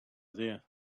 there